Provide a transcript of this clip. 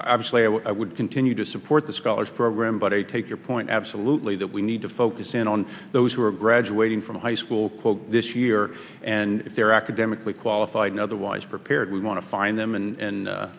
obviously i would continue to support the scholars program but i take your point absolutely that we need to focus in on those who are graduating from high school quote this year and if they're academically qualified otherwise prepared we want to find them and